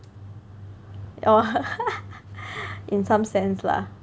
oh in some sense lah